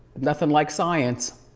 nothing like science.